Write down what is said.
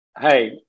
Hey